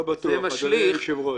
לא בטוח אדוני היושב ראש.